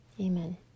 Amen